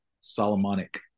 Solomonic